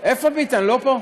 איפה ביטן, לא פה?